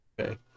okay